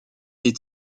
est